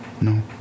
No